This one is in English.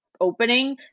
opening